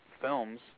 films